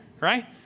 Right